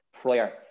prior